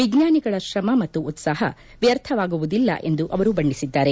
ವಿಜ್ಞಾನಿಗಳ ಶ್ರಮ ಮತ್ತು ಉತ್ಪಾಪ ವ್ಯರ್ಥವಾಗುವುದಿಲ್ಲ ಎಂದು ಅವರು ಬಣ್ಣಿಸಿದ್ದಾರೆ